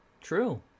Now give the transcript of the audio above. True